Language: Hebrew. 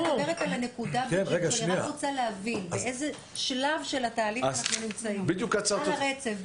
אני רק רוצה להבין באיזה שלב של התהליך אנחנו נמצאים על הרצף,